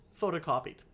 photocopied